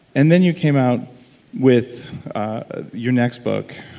and then you came out with your next book.